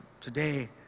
today